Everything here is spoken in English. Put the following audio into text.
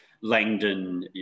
Langdon